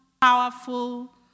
powerful